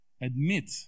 admit